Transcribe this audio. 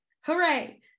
Hooray